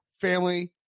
family